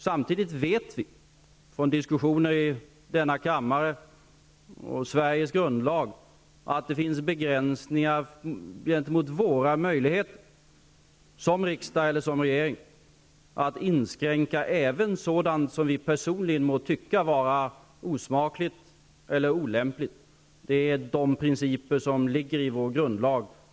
Samtidigt vet vi från diskussioner i denna kammare och från Sveriges grundlag att det finns begränsningar när det gäller möjligheterna för riksdagen eller regeringen att inskränka även sådant som vi personligen må tycka vara osmakligt eller olämpligt. Det är principer som ligger i vår grundlag.